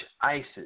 ISIS